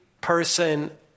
person